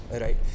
right